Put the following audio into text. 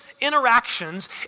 interactions